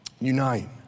unite